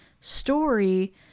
story